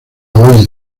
hoy